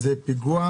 זה לא כסף